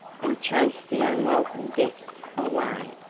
and chased the unwelcome guests away.